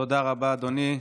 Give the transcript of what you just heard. תודה רבה, אדוני.